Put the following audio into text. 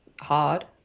hard